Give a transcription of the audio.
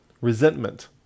resentment